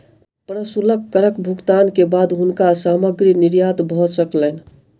प्रशुल्क करक भुगतान के बाद हुनकर सामग्री निर्यात भ सकलैन